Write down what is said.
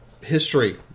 history